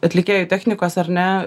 atlikėjų technikos ar ne